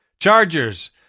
Chargers